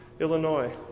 Illinois